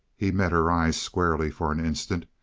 he met her eyes squarely for an instant,